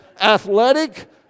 athletic